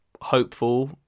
hopeful